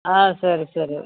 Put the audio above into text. ஆ சரி சரி